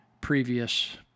previous